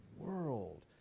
world